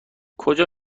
کجا